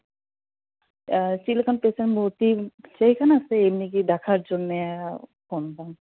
ᱪᱮᱫᱞᱮᱠᱟᱱ ᱯᱮᱥᱮᱱᱴ ᱵᱷᱩᱨᱛᱤ ᱪᱟᱹᱭ ᱠᱟᱱᱟ ᱥᱮ ᱮᱢᱱᱤ ᱜᱮ ᱫᱮᱠᱷᱟᱨ ᱡᱚᱱᱱᱮ ᱯᱷᱳᱱᱫᱟᱢ